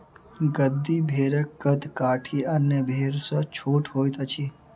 गद्दी भेड़क कद काठी अन्य भेड़ सॅ छोट होइत अछि